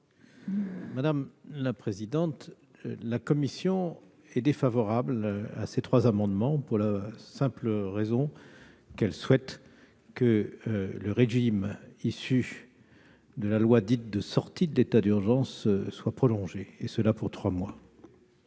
de la commission ? La commission est défavorable à ces trois amendements, pour la simple raison qu'elle souhaite que le régime issu de la loi dite « de sortie de l'état d'urgence » soit prolongé, et ce pour trois mois.